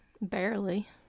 Barely